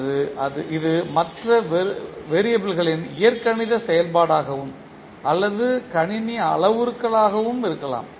அல்லது இது மற்ற வெறியபிள்லிகளின் இயற்கணித செயல்பாடாகவும் அல்லது கணினி அளவுருக்களாகவும் இருக்கலாம்